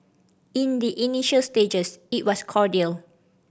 in the initial stages it was cordial